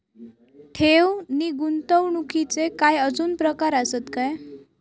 ठेव नी गुंतवणूकचे काय आजुन प्रकार आसत काय?